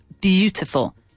beautiful